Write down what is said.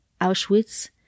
Auschwitz